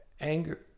Anger